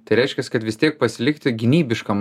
tai reiškias kad vis tiek pasilikti gynybiškam